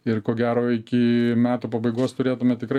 ir ko gero iki metų pabaigos turėtume tikrai